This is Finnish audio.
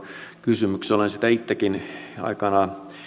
kysymykseen olen sitä itsekin aikanaan